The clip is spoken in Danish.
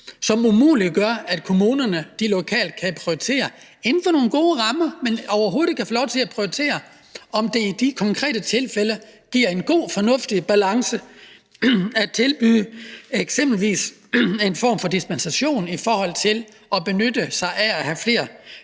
som umuliggør, at kommunerne lokalt kan prioritere. Der er nogle gode rammer, men de kan overhovedet ikke få lov til at prioritere, om det i de konkrete tilfælde giver en god og fornuftig balance at tilbyde eksempelvis en form for dispensation i forhold til at benytte sig af at have flere